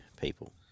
people